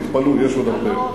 תתפלאו, יש עוד הרבה.